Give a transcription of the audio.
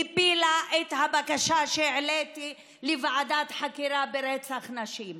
הפילה את הבקשה שהעליתי לוועדת חקירה לרצח נשים.